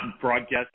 broadcast